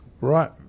Right